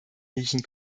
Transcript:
riechen